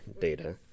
data